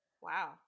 Wow